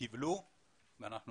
קיבלו ואנחנו